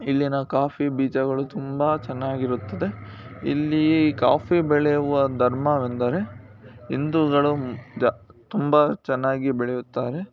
ಇಲ್ಲಿನ ಕಾಫಿ ಬೀಜಗಳು ತುಂಬ ಚೆನ್ನಾಗಿರುತ್ತದೆ ಇಲ್ಲಿ ಕಾಫಿ ಬೆಳೆಯುವ ಧರ್ಮವೆಂದರೆ ಹಿಂದೂಗಳು ದ ತುಂಬ ಚೆನ್ನಾಗಿ ಬೆಳೆಯುತ್ತಾರೆ